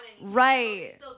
right